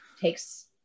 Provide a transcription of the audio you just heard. takes